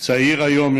צעיר יותר היום,